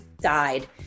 died